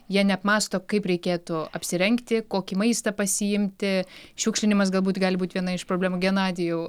jie neapmąsto kaip reikėtų apsirengti kokį maistą pasiimti šiukšlinimas galbūt gali būt viena iš problemų genadijau